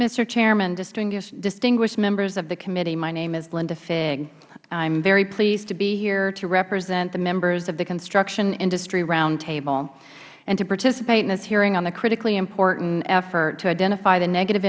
chairman distinguished members of the committee my name is linda figg i am very pleased to be here to represent the members of the construction industry round table and to participate in this hearing on the critically important effort to identify the negative